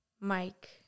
Mike